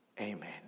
Amen